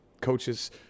coaches